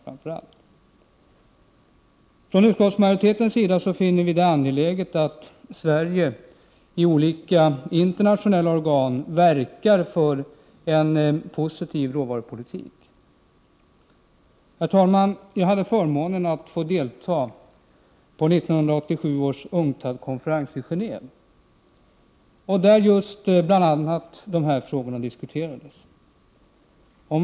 Från utskottsmajoritetens sida finner vi det angeläget att Sverige i olika internationella organ verkar för en positiv råvarupolitik. Herr talman! Jag hade förmånen att få delta i 1987 års UNCTAD konferens i Gen&ve, där bl.a. dessa frågor diskuterades.